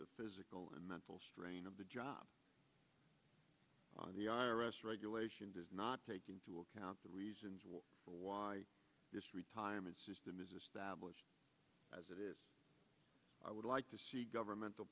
the physical and mental strain of the job on the i r s regulation does not take into account the reasons why this retirement system is established as it is i would like to see governmental